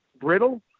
brittle